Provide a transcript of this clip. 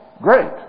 great